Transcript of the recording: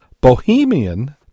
bohemian